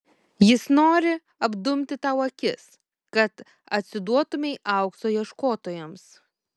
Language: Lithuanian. jis nori apdumti tau akis kad atsiduotumei aukso ieškotojams